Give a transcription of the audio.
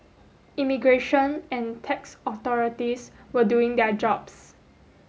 immigration and tax authorities were doing their jobs